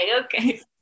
okay